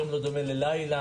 יום לא דומה ללילה,